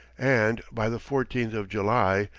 and by the fourteenth of july,